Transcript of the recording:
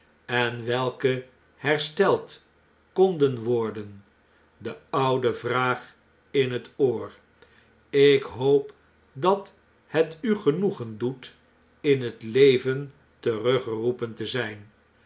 en welke hersteld konden worden de oude vraag in het oor ik hoop dat het u genoegen doet in t leven teruggeroepen te zijn